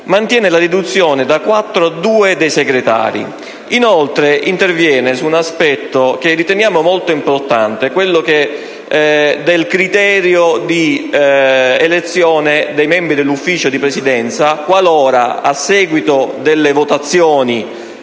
mantiene la riduzione da quattro a due dei Segretari. Esso inoltre interviene poi su un aspetto che riteniamo molto importante: il criterio di elezione dei membri dell'Ufficio di Presidenza qualora, a seguito delle votazioni